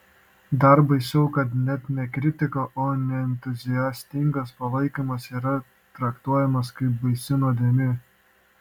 dar baisiau kad net ne kritika o neentuziastingas palaikymas yra traktuojamas kaip baisi nuodėmė